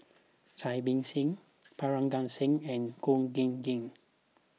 Cai Bixia Parga Singh and Khor Ean Ghee